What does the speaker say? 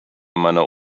meiner